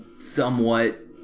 somewhat